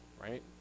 right